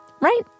right